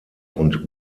und